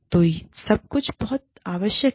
तो यह सब यहाँ बहुत आवश्यक है